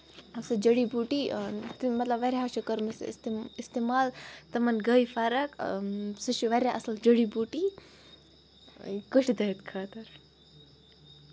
اَمہِ سۭتۍ جٔڑۍ بوٗٹی تہٕ مطلب واریاہو چھِ کٔرمٕژ یہِ اِستعمال تِمَن گٔے فرق سُہ چھُ واریاہ اَصٕل جٔڑی بوٗٹی کوٚٹھۍ دٲدۍ خٲطرٕ